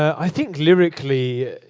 i think lyrically,